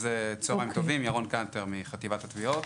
ויש לך כאן 150 מקומות של איזוק,